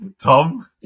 Tom